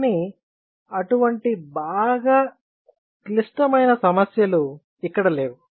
కానీ అటువంటి బాగా క్లిష్టమైన సమస్యలు ఇక్కడ లేవు